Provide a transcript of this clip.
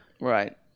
Right